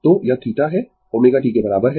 तो यह θ है ω t के बराबर है